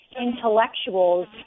intellectuals